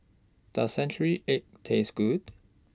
Does Century Egg Taste Good